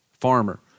farmer